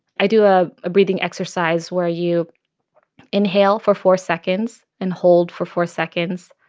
i do a breathing exercise where you inhale for four seconds and hold for four seconds,